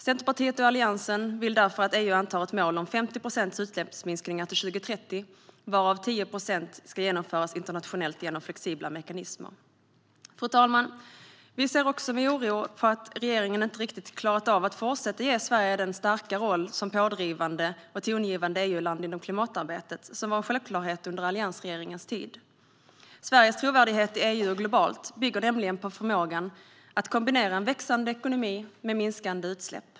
Centerpartiet och Alliansen vill därför att EU antar ett mål om 50 procents utsläppsminskningar till 2030, varav 10 procent ska genomföras internationellt genom flexibla mekanismer. Fru talman! Vi ser också med oro att regeringen inte riktigt klarat av att fortsätta ge Sverige den starka roll som pådrivande och tongivande EU-land inom klimatarbetet som var en självklarhet under alliansregeringens tid. Sveriges trovärdighet i EU och globalt bygger nämligen på förmågan att kombinera en växande ekonomi med minskade utsläpp.